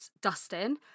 Dustin